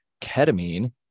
ketamine